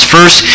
First